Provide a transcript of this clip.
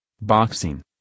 Boxing